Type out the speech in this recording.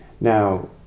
Now